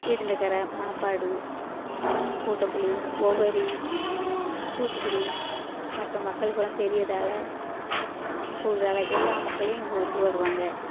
இடிந்தகரை மணப்பாடு கோட்டப்புளி உவரி தூத்துக்குடி மற்றும் மக்கள்புரம் பெரியதலை கூடுதலை எல்லா மக்களும் எங்கள் ஊருக்கு வருவாங்க